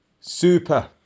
Super